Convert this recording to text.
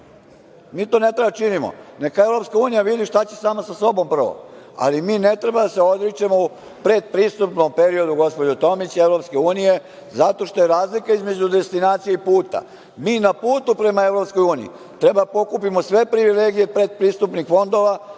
mi to ne treba da činimo. Neka EU vidi šta će sama sa sobom prvo, ali mi ne treba da se odričemo u pretpristupnom periodu, gospođo Tomić, EU zato što je razlika između destinacije i puta. Mi na putu prema EU treba da pokupimo sve privilegije pretpristupnih fondova.